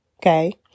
okay